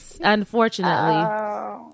unfortunately